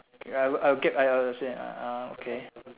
k I will I will get uh uh I will say uh okay